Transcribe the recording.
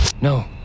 No